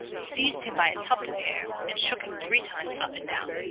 seized him by a tuft of hair, and shook him three times up and down.